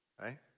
right